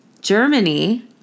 Germany